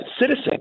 citizen